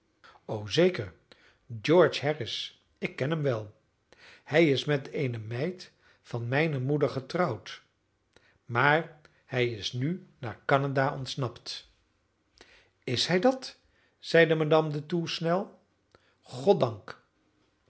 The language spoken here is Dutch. o zeker george harris ik ken hem wel hij is met eene meid van mijne moeder getrouwd maar hij is nu naar canada ontsnapt is hij dat zeide madame de thoux snel goddank